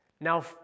Now